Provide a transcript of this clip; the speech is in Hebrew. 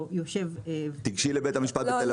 יושב --- תיגשי לבית המשפט בתל אביב.